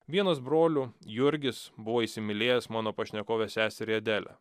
vienas brolių jurgis buvo įsimylėjęs mano pašnekovės seserį adelę